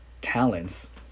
talents